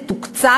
אבל היא תתוקצב,